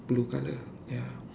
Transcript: blue color ya